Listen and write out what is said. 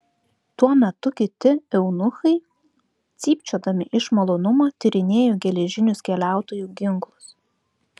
tuo metu kiti eunuchai cypčiodami iš malonumo tyrinėjo geležinius keliautojų ginklus